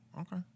Okay